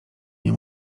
nie